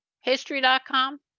history.com